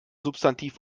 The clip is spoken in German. substantiv